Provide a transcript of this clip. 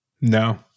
No